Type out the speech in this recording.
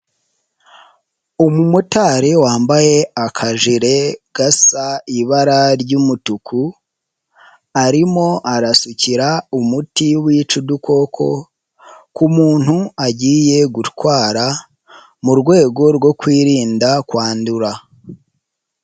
Umumotari wambaye akajere gasa ibara ry'umutuku, arimo arasukira umuti wica udukoko ku kumu agiye gutwara, mu rwego rwo kwirinda kwandura.